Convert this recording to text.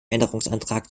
änderungsantrag